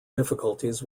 difficulties